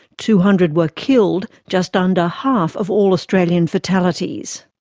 two hundred were killed, just under half of all australian fatalities.